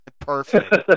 perfect